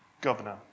governor